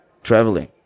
traveling